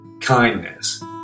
kindness